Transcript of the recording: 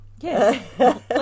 Yes